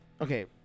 Okay